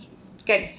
okay